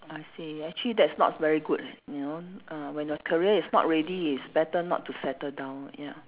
I see actually that's not very good you know uh when your career is not ready it's better not to settle down ya